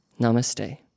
Namaste